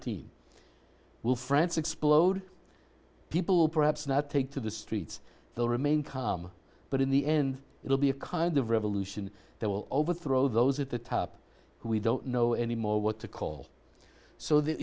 n will france explode people perhaps not take to the streets will remain calm but in the end it will be a kind of revolution that will overthrow those at the top who we don't know anymore what to call so that